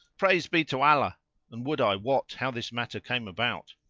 praise be to allah and would i wot how this matter came about!